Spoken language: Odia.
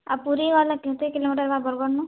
ଆଉ ପୁରୀ ଗଲେ କେତେ କିଲୋମିଟର୍ ଆର୍ ବରଗଡ଼ନୁ